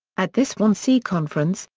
at this wannsee conference,